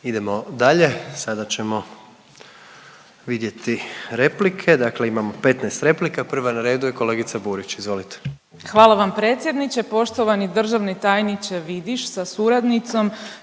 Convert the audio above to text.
Idemo dalje, sada ćemo vidjeti replike, dakle imamo 15 replika, prva na redu je kolegica Burić, izvolite. **Burić, Majda (HDZ)** Hvala vam predsjedniče. Poštovani državni tajniče Vidiš sa suradnicom.